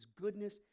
goodness